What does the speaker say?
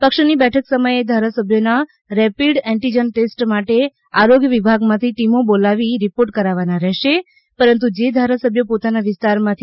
પક્ષની બેઠક સમયે ધારાસભ્યોના રેપીડ એન્ટિજન ટેસ્ટ માટે આરોગ્ય વિભાગમાંથી ટીમો બોલાવી રીપોર્ટ કરાવવાના રહેશે પરંતુ જે ધારાસભ્યો પોતાના વિસ્તારમાંથી